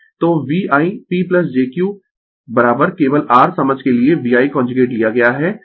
तो VI P jQ केवल r समझ के लिए VI कांजुगेट लिया गया है